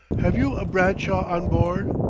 have you a bradshaw on board?